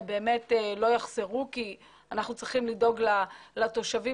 לא יחזרו כי אנחנו צריכים לדאוג לתושבים